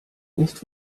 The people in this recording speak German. nicht